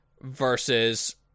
versus